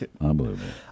unbelievable